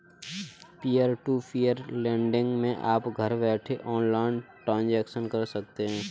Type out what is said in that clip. peer to peer lending मै आप घर बैठे ऑनलाइन ट्रांजेक्शन कर सकते है